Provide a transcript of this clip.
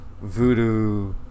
Voodoo